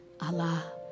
Allah